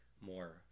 more